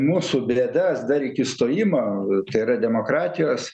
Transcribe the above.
mūsų bėdas dar iki stojimo tai yra demokratijos